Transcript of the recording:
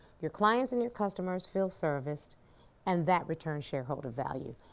your clients and your customers feel serviced and that returns shareholder value.